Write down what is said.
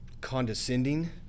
condescending